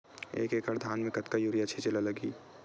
एक एकड़ धान में कतका यूरिया छिंचे ला लगही?